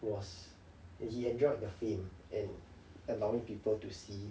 was and he enjoyed the fame and allowing people to see